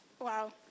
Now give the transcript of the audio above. Wow